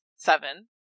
seven